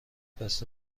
بسته